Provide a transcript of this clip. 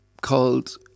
called